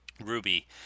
Ruby